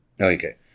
okay